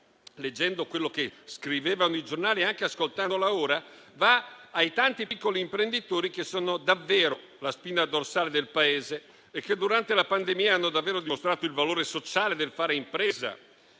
leggendo quello che hanno scritto i giornali e dopo averla ascoltata ora, va ai tanti piccoli imprenditori che sono davvero la spina dorsale del Paese e che durante la pandemia hanno davvero dimostrato il valore sociale del fare impresa.